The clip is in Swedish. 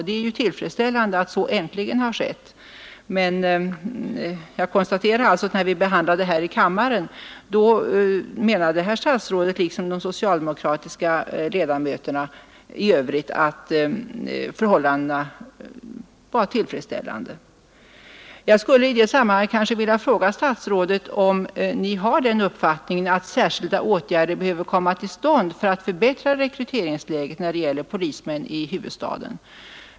Det är bra att så äntligen har skett, men när vi behandlade frågan här i kammaren menade alltså herr statsrådet, liksom de socialdemokratiska ledamöterna i övrigt, att förhållandena var tillfredsställande. Jag skulle i det här sammanhanget vilja fråga statsrådet, om Ni har den uppfattningen att särskilda åtgärder behöver komma till stånd för att förbättra rekryteringsläget när det gäller polisen i huvudstaden.